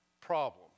problem